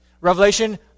Revelation